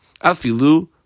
afilu